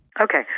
Okay